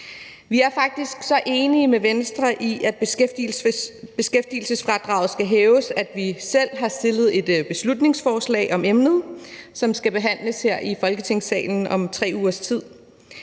Vi er faktisk så enige med Venstre i, at beskæftigelsesfradraget skal hæves, at vi selv har fremsat et beslutningsforslag om emnet, som skal behandles her i Folketingssalen om tre ugers tid.